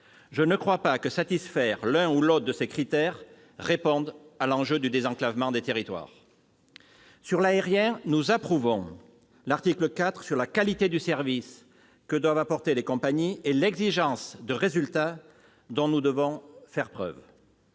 Je ne crois pas que ces critères répondent à l'enjeu du désenclavement des territoires. S'agissant du transport aérien, nous approuvons l'article 4 sur la qualité du service que doivent apporter les compagnies et l'exigence de résultat dont nous devons faire preuve.